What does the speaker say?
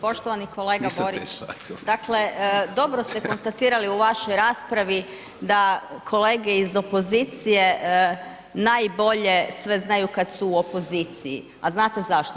Poštovani kolega Borić, dakle dobro ste konstatirali u vašoj raspravi da kolege iz opozicije najbolje sve znaju kad su u opoziciji, a znate zašto?